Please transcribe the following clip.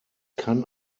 kann